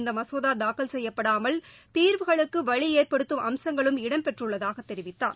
இந்த மசோதா தாக்கல் செய்யப்படாமல் தீர்வுகளுக்கு வழி ஏற்படுத்தும் அம்சங்களும் இடம்பெற்றுள்ளதாக தெரிவித்தார்